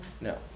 No